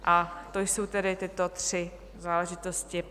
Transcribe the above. A to jsou tedy tyto tři záležitosti.